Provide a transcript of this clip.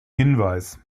hinweis